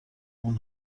اون